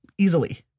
Easily